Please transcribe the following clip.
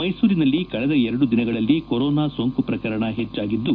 ಮೈಸೂರಿನಲ್ಲಿ ಕಳೆದ ಎರಡು ದಿನಗಳಲ್ಲಿ ಕೊರೊನಾ ಸೋಂಕು ಪ್ರಕರಣ ಹೆಚ್ಚಾಗಿದ್ದು